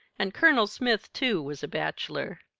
and colonel smith, too, was a bachelor.